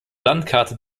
landkarte